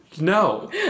no